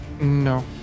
No